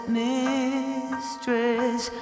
mistress